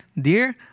dear